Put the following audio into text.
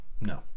no